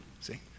See